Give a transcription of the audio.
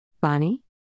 bonnie